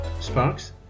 Sparks